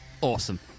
Awesome